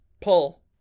pull